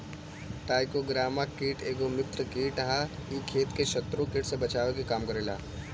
trichogramma कीट एगो मित्र कीट ह इ खेत के शत्रु कीट से बचावे के काम करेला